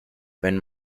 wenn